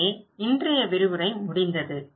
எனவே இன்றைய விரிவுரை முடிந்தது